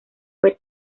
fue